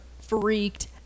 freaked